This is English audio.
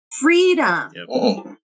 freedom